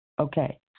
Okay